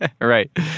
Right